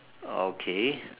okay